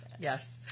Yes